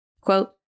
Quote